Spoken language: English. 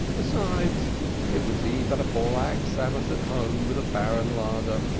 besides it would be but a black sabbath at home with a barren larder,